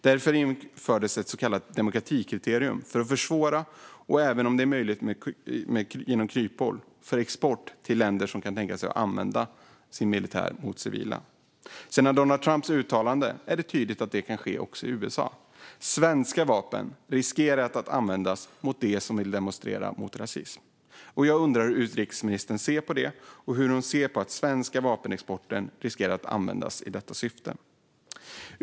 Därför infördes ett så kallat demokratikriterium för att försvåra, även om det är möjligt genom kryphål, för export till länder som kan tänkas använda sin militär mot civila. Sedan Donald Trumps uttalande är det tydligt att det kan ske också i USA. Svenska vapen riskerar att användas mot dem som vill demonstrera mot rasism. Jag undrar hur utrikesministern ser på att den svenska vapenexporten riskerar att användas i detta syfte.